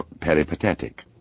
peripatetic